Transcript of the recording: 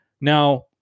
Now